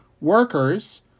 workers